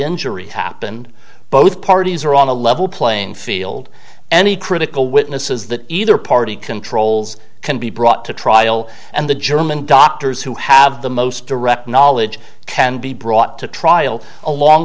injury happened both parties are on a level playing field any critical witnesses that either party controls can be brought to trial and the german doctors who have the most direct knowledge can be brought to trial along